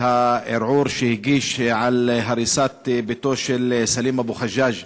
הערעור שהוא הגיש על הריסת ביתו של סלים אבו חג'אג',